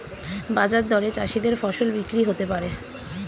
বাজার দরে চাষীদের ফসল বিক্রি হতে পারে